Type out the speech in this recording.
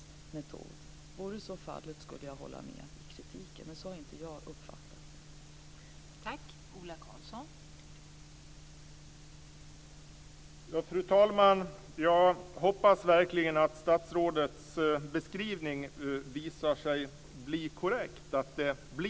Om så vore fallet skulle jag hålla med om kritiken, men så har jag inte uppfattat det hela.